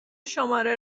شماره